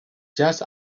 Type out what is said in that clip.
just